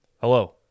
Hello